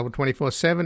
24-7